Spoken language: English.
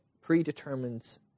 predetermined